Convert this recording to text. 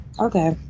Okay